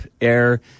air